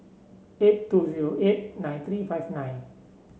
eight two zero eight nine three five nine